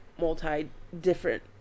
multi-different